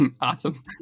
Awesome